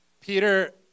Peter